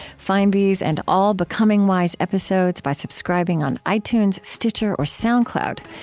find these and all becoming wise episodes by subscribing on itunes, stitcher, or soundcloud.